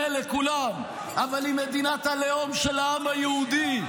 לכולם אבל היא מדינת הלאום של העם היהודי,